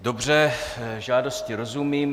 Dobře, žádosti rozumím.